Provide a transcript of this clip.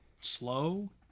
slow